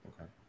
Okay